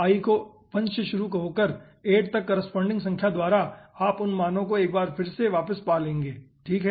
i को 1 से शुरू होकर 8 तक करेस्पोंडिंग संख्या द्वारा आप उन मानों को एक बार फिर से वापस पा लेंगे ठीक है